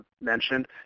mentioned